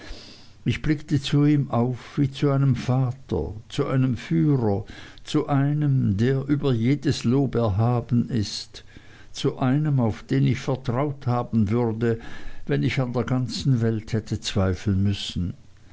ich blickte zu ihm auf wie zu einem vater zu einem führer zu einem der über jedes lob erhaben ist zu einem auf den ich vertraut haben würde wenn ich an der ganzen welt hätte zweifeln müssen